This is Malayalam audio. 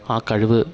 ആ കഴിവ്